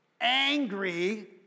angry